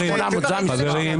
אל תבלבל את הציבור.